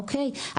אוקי,